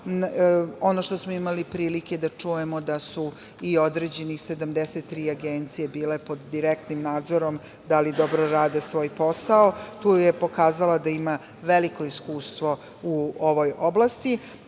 Imali smo prilike da čujemo da su i određene 73 agencije bile pod direktnim nadzorom, da li dobro rade svoj posao. Tu je pokazala da ima veliko iskustvo u ovoj oblasti. Kada